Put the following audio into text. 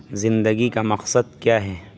زندگی کا مقصد کیا ہے